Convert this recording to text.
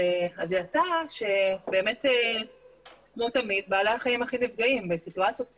אז יצא שבאמת כמו תמיד בעלי החיים הכי נפגעים בסיטואציות כאלה.